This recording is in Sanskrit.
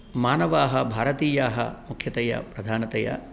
मानवाः भारतीयाः मुख्यतया प्रधानतया